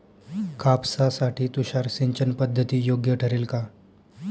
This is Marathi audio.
कापसासाठी तुषार सिंचनपद्धती योग्य ठरेल का?